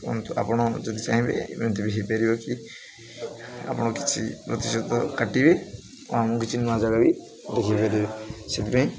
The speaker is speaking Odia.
କୁହନ୍ତୁ ଆପଣ ଯଦି ଚାହିଁବେ ଏମିତି ବି ହେଇପାରିବ କି ଆପଣ କିଛି ପ୍ରତିଶତ କାଟିବେ ଆ ଆମକୁ କିଛି ନୂଆ ଜାଗା ବି ଦେଖାଇପାରିବେ ସେଥିପାଇଁ